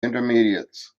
intermediates